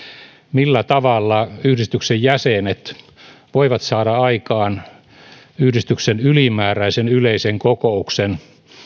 millä tavalla yhdistyksen jäsenet voivat saada aikaan yhdistyksen ylimääräisen yleisen kokouksen